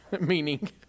Meaning